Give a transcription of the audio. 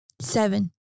Seven